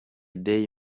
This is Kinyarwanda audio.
day